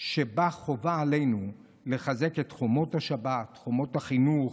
שבה חובה עלינו לחזק את חומות השבת, חומות החינוך,